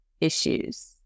issues